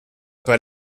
pas